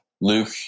Luke